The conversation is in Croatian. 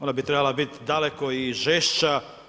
Ona bi trebala biti daleko i žešća.